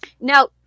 Now